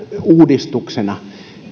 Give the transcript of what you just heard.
uudistuksena